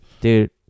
Dude